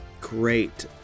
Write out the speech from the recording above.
great